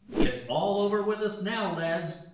it's all over with us now, lads!